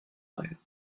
ein